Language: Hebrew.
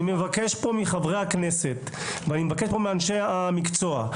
אני מבקש כאן מחברי הכנסת ואני מבקש מאנשי המקצוע.